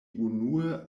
unue